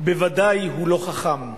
בוודאי הוא לא חכם.